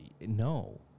No